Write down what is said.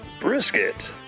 Brisket